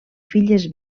filles